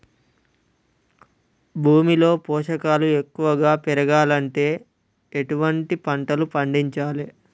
భూమిలో పోషకాలు ఎక్కువగా పెరగాలంటే ఎటువంటి పంటలు పండించాలే?